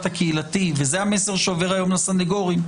הקהילתי וזה המסר שעובר היום לסניגורים.